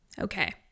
Okay